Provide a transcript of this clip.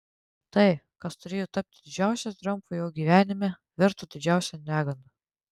tai kas turėjo tapti didžiausiu triumfu jo gyvenime virto didžiausia neganda